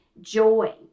joy